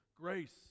grace